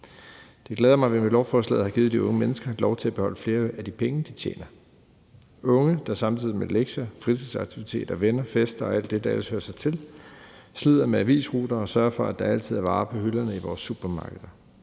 Det glæder mig, at vi med lovforslaget har givet de unge mennesker lov til at beholde flere af de penge, de tjener – unge, der samtidig med lektier, fritidsaktiviteter, venner, fester og alt det andet, der ellers hører sig til, slider med avisruter og sørger for, at der altid er varer på hylderne i vores supermarkeder.